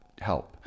help